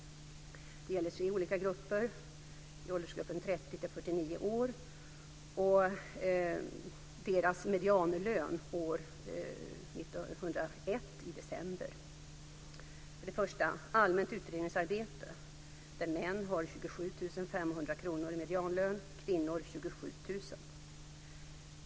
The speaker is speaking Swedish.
år och deras medianlön i december 2001. Först har vi allmänt utredningsarbete, där män har 27 500 kr i medianlön, kvinnor 27 000 kr.